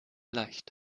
leicht